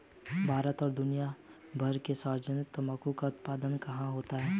भारत और दुनिया भर में सर्वाधिक तंबाकू का उत्पादन कहां होता है?